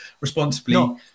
responsibly